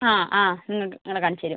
ആ ആ നിങ്ങൾക്ക് ഞങ്ങൾ കാണിച്ചുതരും